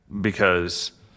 because-